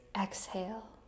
exhale